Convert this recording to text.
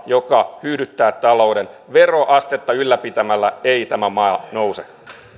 joka hyydyttää talouden veroastetta ylläpitämällä ei tämä maa nouse